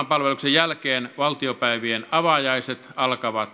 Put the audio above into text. jälkeen valtiopäivien avajaiset alkavat